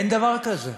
אין דבר כזה.